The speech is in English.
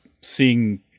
seeing